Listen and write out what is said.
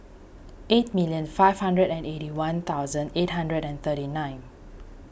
eight million five hundred and eighty one thousand eight hundred and thirty nine